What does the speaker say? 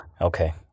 Okay